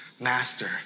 Master